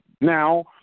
Now